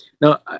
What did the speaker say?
now